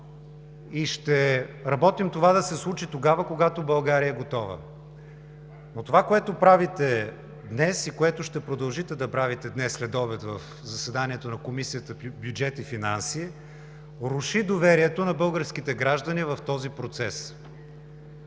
и ще работим това да се случи тогава, когато България е готова. Това, което правите днес, и което ще продължите днес следобед в заседанието на Комисията по бюджет и финанси, руши доверието на българските граждани в този процес.